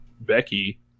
Becky